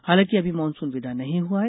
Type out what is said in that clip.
हालांकि अभी मानसून विदा नहीं हुआ है